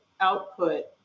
output